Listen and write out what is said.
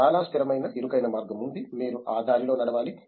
చాలా స్థిరమైన ఇరుకైన మార్గం ఉంది మీరు ఆ దారిలో నడవాలి